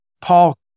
Paul